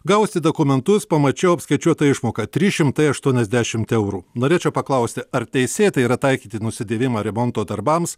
gavusi dokumentus pamačiau apskaičiuotą išmoką trys šimtai aštuoniasdešimt eurų norėčiau paklausti ar teisėta yra taikyti nusidėvėjimą remonto darbams